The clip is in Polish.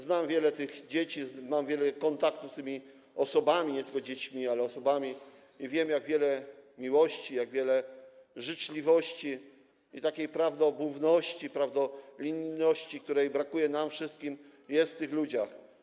Znam wiele tych dzieci, mam wiele kontaktów z tymi osobami, nie tylko dziećmi, i wiem, jak wiele miłości, jak wiele życzliwości i takiej prawdomówności, prawdolinijności, której brakuje nam wszystkim, jest w tych ludziach.